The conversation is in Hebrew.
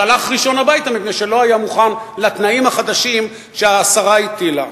שהלך ראשון הביתה מפני שלא היה מוכן לתנאים החדשים שהשרה הטילה.